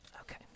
Okay